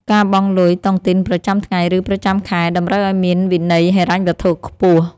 ការបង់លុយតុងទីនប្រចាំថ្ងៃ ឬប្រចាំខែ តម្រូវឱ្យមានវិន័យហិរញ្ញវត្ថុខ្ពស់។